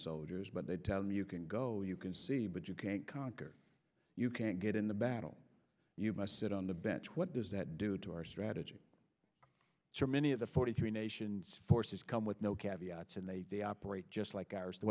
soldiers but they tell me you can go you can see but you can't conquer you can't get in the battle you must sit on the bench what does that do to our strategy so many of the forty three nations forces come with no cap and they operate just like